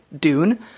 Dune